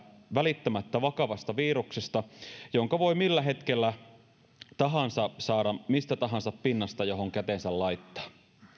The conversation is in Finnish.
välittämättä vakavasta viruksesta jonka voi millä hetkellä tahansa saada mistä tahansa pinnasta johon kätensä laittaa